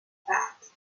fat